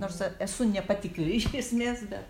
nors a esu nepatikli iš esmės bet